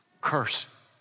curse